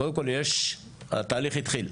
קודם כל התהליך התחיל.